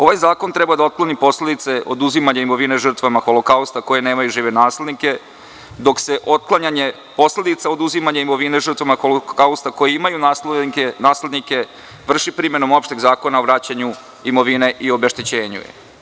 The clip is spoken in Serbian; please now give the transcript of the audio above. Ovaj zakon treba da otkloni posledice oduzimanja imovine žrtvama Holokausta koje nemaju žive naslednike dok se otklanjanje posledica od oduzimanja imovine žrtvama Holokausta koje imaju naslednike vrši primenom opšteg Zakona o vraćanju imovine i obeštećenju.